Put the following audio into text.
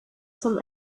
zum